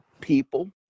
people